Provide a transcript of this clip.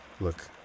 Look